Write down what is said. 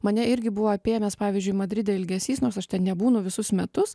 mane irgi buvo apėmęs pavyzdžiui madride ilgesys nors aš ten nebūnu visus metus